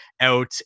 out